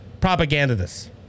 propagandists